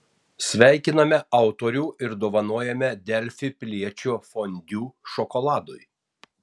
sveikiname autorių ir dovanojame delfi piliečio fondiu šokoladui